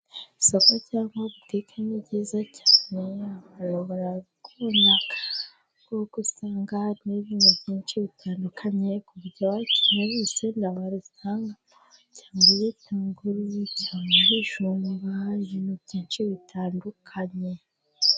Isoko cyangwa butike ni byiza cyane abantu bararikunda kuko usanga harimo ibintu byinshi bitandukanye ku buryo wakenera urusenda warusangamo cyangwa ibitunguru, cyangwa ibijumba, ibintu byinshi bitandukanye.